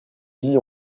vie